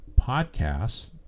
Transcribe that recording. podcasts